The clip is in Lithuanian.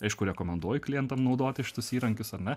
aišku rekomenduoju klientam naudoti šitus įrankius ar ne